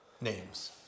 names